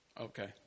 Okay